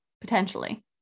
potentially